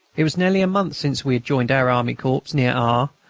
it was nearly a month since we had joined our army corps near r,